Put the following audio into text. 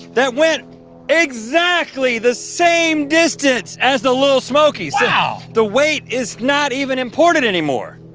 that went exactly the same distance as the little smokies, so the weight is not even important anymore.